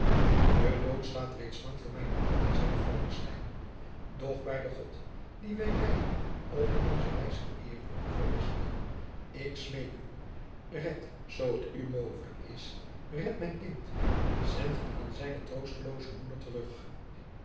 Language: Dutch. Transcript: de dood staat reeds lang voor mijne oogen zeide falckestein doch bij den god dien wij beide op onze wijs vereeren velasco ik smeek u red zoo t u mogelijk is red mijn kind zend het aan zijne troostelooze moeder terug